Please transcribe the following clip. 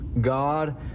God